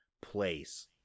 place